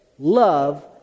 Love